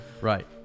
right